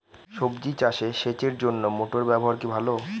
সবজি চাষে সেচের জন্য মোটর ব্যবহার কি ভালো?